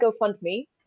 GoFundMe